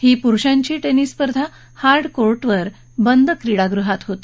ही पुरुषांची टेनिस स्पर्धा हार्ड कोर्टवर बंद क्रिडागृहात होते